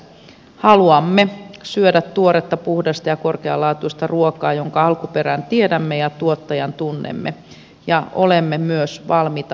haluamme syödä tuoretta puhdasta ja korkealaatuista ruokaa jonka alkuperän tiedämme ja tuottajan tunnemme ja olemme myös valmiita maksamaan siitä